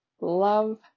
Love